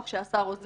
או כשהשר עוזב,